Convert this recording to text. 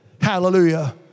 Hallelujah